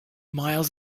miles